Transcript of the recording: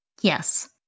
Yes